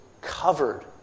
covered